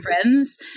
friends